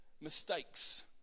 mistakes